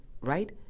right